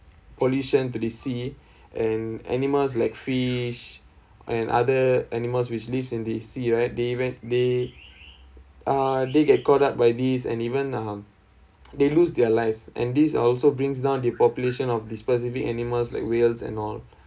pollution to the sea and animals like fish and other animals which lives in the sea right they went they uh they get caught up by these and even um they lose their life and these are also brings down the population of the specific animals like whales and all